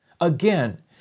again